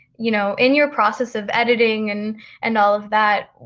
you know, in your process of editing and and all of that,